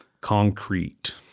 concrete